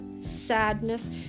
sadness